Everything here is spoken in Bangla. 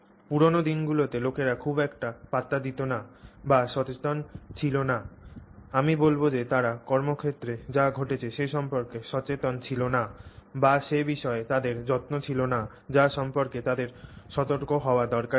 পুরানো দিনগুলিতে লোকেরা খুব একটা পাত্তা দিত না বা সচেতন ছিল না আমি বলব যে তারা কর্মক্ষেত্রে যা ঘটছে সে সম্পর্কে সচেতন ছিল না বা সে বিষয়ে তাদের যত্ন ছিল না যা সম্পর্কে তাদের সতর্ক হওয়া দরকার ছিল